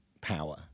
power